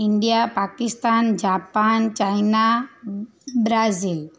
India Pakistan Japan China Brazil